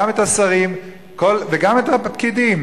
גם את השרים וגם את הפקידים,